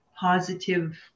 positive